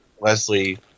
Leslie